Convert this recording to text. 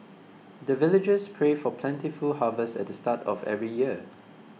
the villagers pray for plentiful harvest at the start of every year